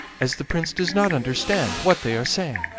as the prince does not understand what they are saying.